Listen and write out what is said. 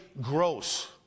gross